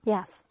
Yes